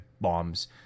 bombs